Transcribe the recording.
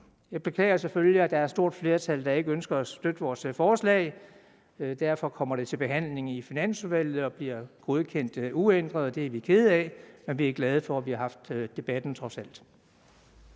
jeg beklager selvfølgelig, at der er et stort flertal, der ikke ønsker at støtte vores forslag, og derfor kommer det til behandling i Finansudvalget og bliver godkendt uændret. Det er vi kede af, men vi er glade for, at vi trods alt har haft debatten. Kl.